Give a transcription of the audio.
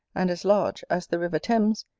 and as large, as the river thames,